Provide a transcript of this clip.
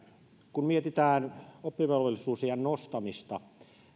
kun mietitään oppivelvollisuusiän nostamista